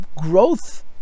Growth